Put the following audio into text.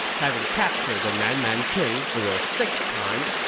having captured the nan man king for the sixth time,